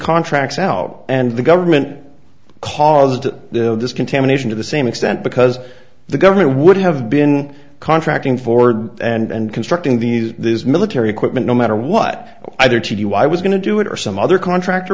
contracts out and the government caused this contamination to the same extent because the government would have been contracting ford and constructing these these military equipment no matter what i did to you i was going to do it or some other contractor